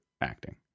acting